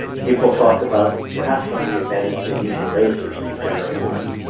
people talk about perhaps some of the advantages of using lasers to generate light.